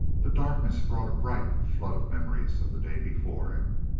the darkness brought a bright flood of memories of the day before him.